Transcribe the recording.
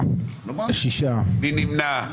מי נמנע?